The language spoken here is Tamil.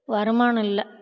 வருமானம் இல்லை